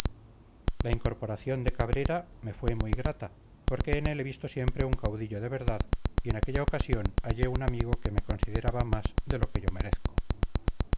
la incorporación de cabrera me fue muy grata porque en él he visto siempre un caudillo de verdad y en aquella ocasión hallé un amigo que me consideraba más de lo que yo merezco